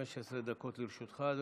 אדוני, 15 דקות לרשותך.